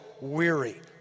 weary